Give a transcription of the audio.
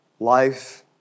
life